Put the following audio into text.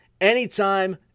anytime